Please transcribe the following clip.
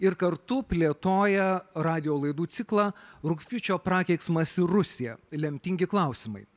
ir kartu plėtoja radijo laidų ciklą rugpjūčio prakeiksmas ir rusija lemtingi klausimai